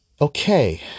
Okay